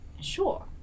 Sure